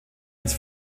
ins